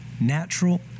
natural